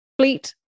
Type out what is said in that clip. fleet